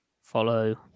follow